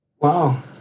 Wow